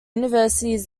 universities